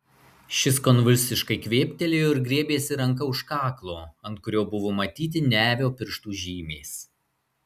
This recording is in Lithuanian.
šis konvulsiškai kvėptelėjo ir griebėsi ranka už kaklo ant kurio buvo matyti nevio pirštų žymės